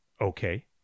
Okay